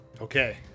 Okay